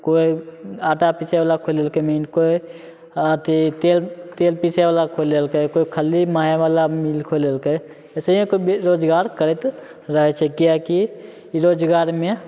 कोइ आटा पीसे बला खोलि लेलकै मील कोइ अथी तेल तेल पीसै बला खोलि लेलकै कोइ बला मील खोलि लेलकै ऐसे ही रोजगार करैत रहै छै किएकि रोजगारमे